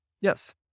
Yes